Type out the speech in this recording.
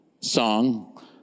song